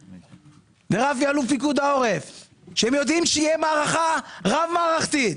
ורפי אלוף פיקוד העורף יודעים שתהיה מערכה רב-מערכתית.